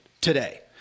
today